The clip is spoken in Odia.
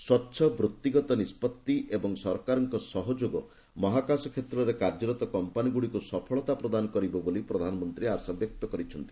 ସ୍ୱଚ୍ଛ ବୃତ୍ତିଗତ ନିଷ୍କଭି ଏବଂ ସରକାରଙ୍କ ସହଯୋଗ ସମହାକାଶ କ୍ଷେତ୍ରରେ କାର୍ଯ୍ୟରତ କମ୍ପାନୀଗୁଡ଼ିକୁ ସଫଳତା ପ୍ରଦାନ କରିବ ବୋଲି ପ୍ରଧାନମନ୍ତ୍ରୀ ଆଶାବ୍ୟକ୍ତ କରିଛନ୍ତି